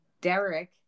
Derek